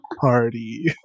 party